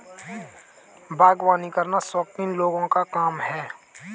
बागवानी करना शौकीन लोगों का काम है